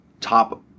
top